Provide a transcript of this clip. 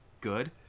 good